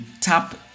tap